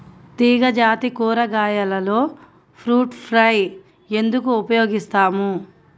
తీగజాతి కూరగాయలలో fruit fly ఎందుకు ఉపయోగిస్తాము?